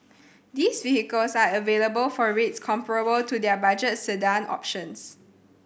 these vehicles are available for rates comparable to their budget sedan options